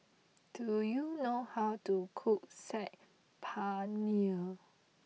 do you know how to cook Saag Paneer